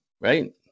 right